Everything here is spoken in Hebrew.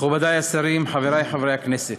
תודה, מכובדי השרים, חברי חברי הכנסת,